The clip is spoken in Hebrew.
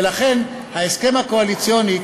ולכן ההסכם הקואליציוני,